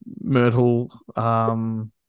Myrtle